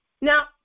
Now